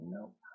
Nope